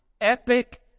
epic